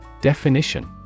Definition